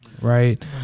right